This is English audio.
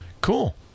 Cool